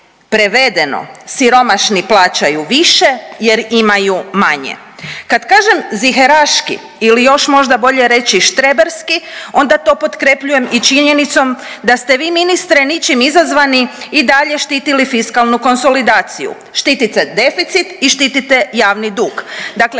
prevedeno, siromašni plaćaju više jer imaju manje. Kada kažem ziheraški ili još možda bolje reći štreberski onda to potkrepljujem i činjenicom da ste vi ministre ničim izazvani i dalje štitili fiskalnu konsolidaciju, štitite deficit i štitite javni dug, dakle